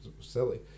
silly